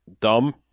Dumb